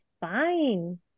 fine